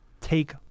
take